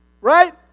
Right